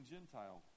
Gentile